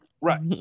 Right